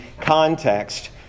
context